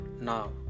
Now